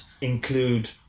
include